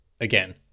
again